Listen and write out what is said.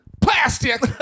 plastic